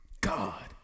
God